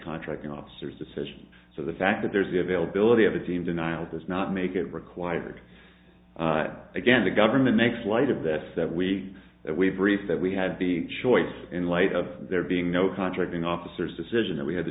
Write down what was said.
contracting officers decision so the fact that there is the availability of a team denial does not make it required again the government makes light of that that we that we briefed that we had the choice in light of there being no contracting officers decision that we had the